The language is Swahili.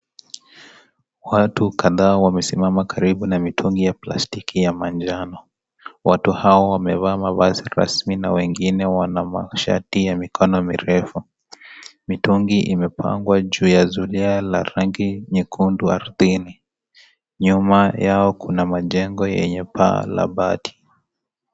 Watu kadhaa wamesimama karibu na mitungi ya plastiki ya manjano, watu hao wamevaa mavazi rasmi na wengine, wana mashati ya mikono mirefu. Mitungi imepangwa juu ya zulia la rangi nyekundu ardhini. Nyuma yao kuna majengo yenye paa labati.